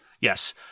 Yes